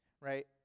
Right